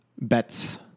bets